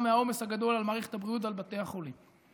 מהעומס הגדול על מערכת הבריאות ועל בתי החולים.